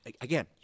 Again